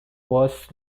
was